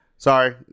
Sorry